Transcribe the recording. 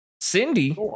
Cindy